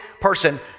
person